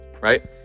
right